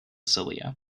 cilia